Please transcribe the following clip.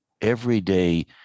everyday